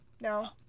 No